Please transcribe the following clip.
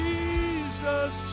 Jesus